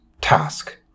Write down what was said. task